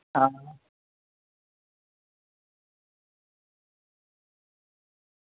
आं